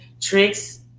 tricks